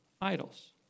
idols